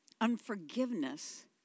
Unforgiveness